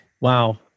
Wow